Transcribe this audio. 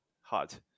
hot